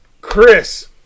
Chris